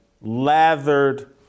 lathered